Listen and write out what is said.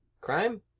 crime